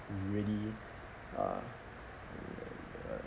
really uh